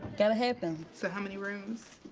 got to happen. so how many rooms?